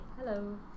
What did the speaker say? Hello